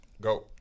Go